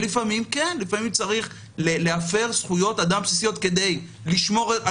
לפעמים צריך להפר זכויות אדם בסיסיות כדי לשמור על